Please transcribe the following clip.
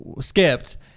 skipped